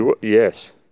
Yes